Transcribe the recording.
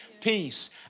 peace